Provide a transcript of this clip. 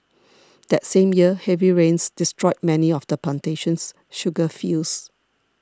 that same year heavy rains destroyed many of the plantation's sugar fields